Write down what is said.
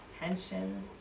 tension